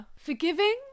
Forgiving